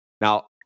Now